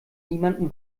niemandem